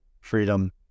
freedom